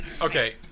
Okay